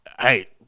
Hey